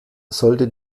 sollte